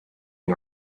you